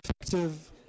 effective